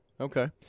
Okay